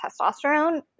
testosterone